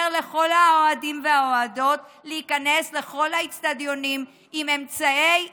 לכל האוהדים והאוהדות להיכנס לכל האצטדיונים עם אמצעי עידוד,